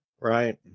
Right